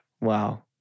Wow